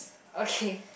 okay